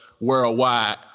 worldwide